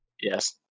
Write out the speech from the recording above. Yes